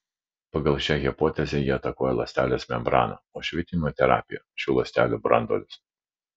pagal šią hipotezę jie atakuoja ląstelės membraną o švitinimo terapija šių ląstelių branduolius